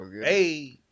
Hey